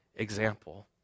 example